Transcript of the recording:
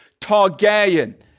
Targaryen